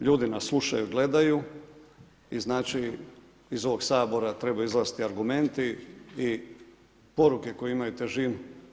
Ljudi nas slušaju, gledaju i znači iz ovoga Sabora trebaju izlaziti argumenti i poruke koje imaju težinu.